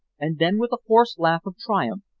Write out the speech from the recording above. and then, with a hoarse laugh of triumph,